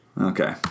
Okay